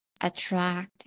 attract